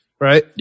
Right